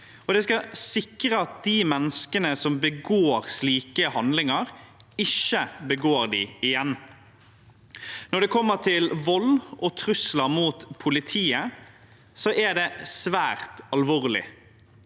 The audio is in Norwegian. det skal sikre at de menneskene som begår slike handlinger, ikke begår dem igjen. Når det gjelder vold og trusler mot politiet, er det svært alvorlig,